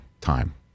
time